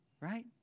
right